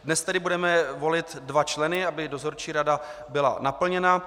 Dnes tedy budeme volit dva členy, aby dozorčí rada byla naplněna.